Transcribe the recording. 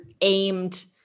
aimed